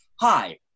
hi